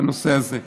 בנושא הזה.